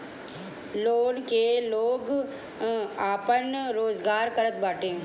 loan से लोग आपन रोजगार करत बाटे